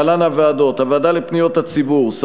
להלן הוועדות: הוועדה לפניות הציבור, א.